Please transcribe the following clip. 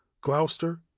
Gloucester